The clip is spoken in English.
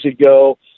ago